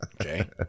Okay